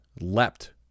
leapt